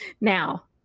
now